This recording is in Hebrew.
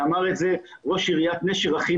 ואמר את זה הכי נכון ראש עיריית נשר,